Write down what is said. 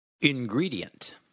ingredient